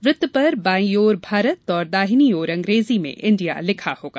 वृत्त पर बायीं ओर भारत और दाहिनी ओर अंग्रेजी में इंडिया लिखा होगा